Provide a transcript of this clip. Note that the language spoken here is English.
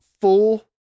full